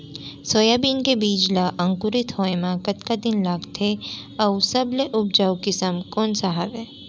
Soybean के बीज ला अंकुरित होय म कतका दिन लगथे, अऊ सबले उपजाऊ किसम कोन सा हवये?